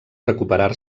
recuperar